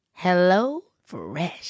HelloFresh